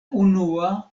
unua